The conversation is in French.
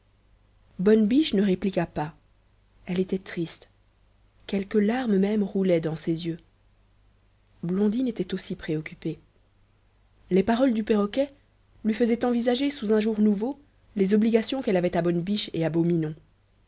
bonne biche ne répliqua pas elle était triste quelques larmes même roulaient dans ses yeux blondine était aussi préoccupée les paroles du perroquet lui faisaient envisager sous un jour nouveau les obligations qu'elle avait à bonne biche et